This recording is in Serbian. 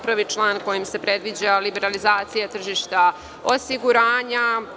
Prvim članom se predviđa liberalizacija tržišta osiguranja.